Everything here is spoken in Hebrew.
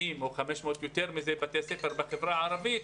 - או יותר מזה בתי ספר בחברה הערבית,